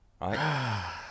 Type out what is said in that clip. Right